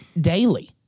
daily